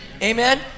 Amen